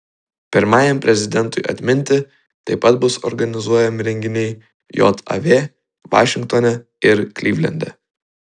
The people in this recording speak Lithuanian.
pirmajam prezidentui atminti taip pat bus organizuojami renginiai jav vašingtone ir klivlende